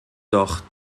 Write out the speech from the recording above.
doch